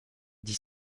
dix